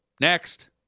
Next